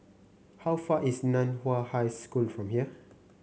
how far is Nan Hua High School from here